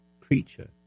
creature